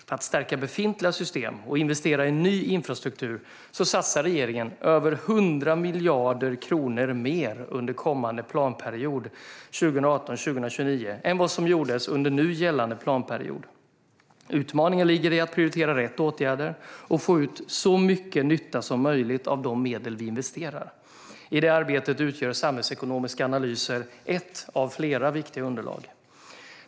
För att stärka befintliga system och investera i ny infrastruktur satsar regeringen över 100 miljarder kronor mer under kommande planperiod, 2018-2029, än vad som gjordes under den nu gällande planperioden. Utmaningen ligger i att prioritera rätt åtgärder och få ut så mycket nytta som möjligt av de medel vi investerar. I det arbetet utgör samhällsekonomiska analyser ett av flera viktiga underlag.